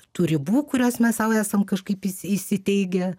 tų ribų kurias mes sau esam kažkaip įsi įsiteigę